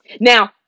Now